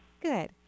Good